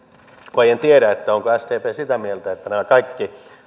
en tiedä onko sdp sitä mieltä että nämä kaikki